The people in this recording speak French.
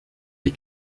des